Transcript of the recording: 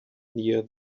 near